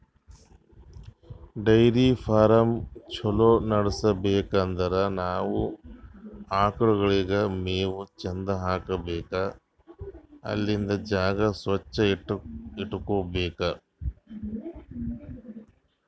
dairy farm ಛಲೋ ನಡ್ಸ್ಬೇಕ್ ಅಂದ್ರ ನಾವ್ ಆಕಳ್ಗೋಳಿಗ್ ಮೇವ್ ಚಂದ್ ಹಾಕ್ಬೇಕ್ ಅಲ್ಲಿಂದ್ ಜಾಗ ಸ್ವಚ್ಚ್ ಇಟಗೋಬೇಕ್